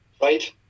Right